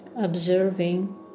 Observing